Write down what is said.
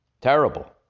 Terrible